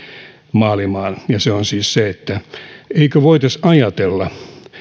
maailmaan ja se on siis se että eikö voitaisi ajatella